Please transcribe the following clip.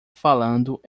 falando